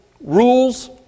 rules